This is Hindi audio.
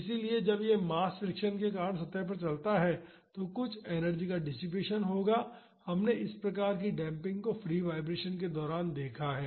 इसलिए जब यह मास फ्रिक्शन के कारण सतह पर चलता है तो कुछ एनर्जी का डिसिपेसन होगा हमने इस प्रकार की डेम्पिंग को फ्री वाईब्रेशन के दौरान देखा है